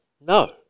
No